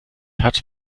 hat